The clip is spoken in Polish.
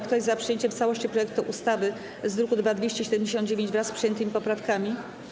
Kto jest za przyjęciem w całości projektu ustawy z druku nr 2279, wraz z przyjętymi poprawkami?